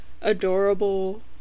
adorable